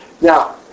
Now